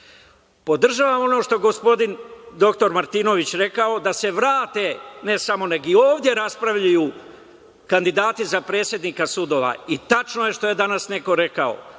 mesto. Podržavam ono što je gospodin dr Martinović rekao da se vrate, ne samo, nego i ovde raspravljaju kandidati za predsednike sudova i tačno je i što je danas neko rekao,